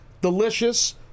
Delicious